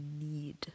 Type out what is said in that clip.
need